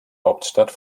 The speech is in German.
hauptstadt